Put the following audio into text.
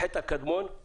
החטא הקדמון הוא